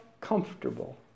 comfortable